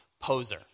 poser